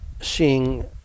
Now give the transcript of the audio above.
seeing